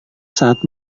saat